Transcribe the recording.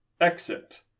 Exit